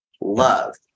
love